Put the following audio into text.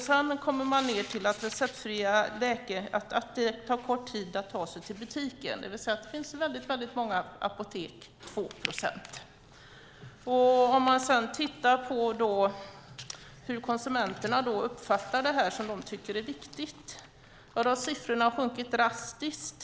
Sedan är det att det tar kort tid att ta sig till butiken, det vill säga att det finns många apotek, och det är 2 procent. Om vi sedan tittar på hur konsumenterna uppfattar det som de tycker är viktigt har siffrorna sjunkit drastiskt.